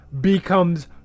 becomes